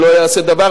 אם לא ייעשה דבר,